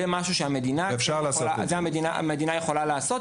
זה משהו שהמדינה יכולה לעשות,